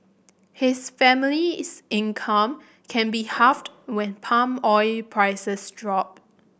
his family's income can be halved when palm oil prices drop